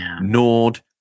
Nord